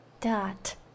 Dot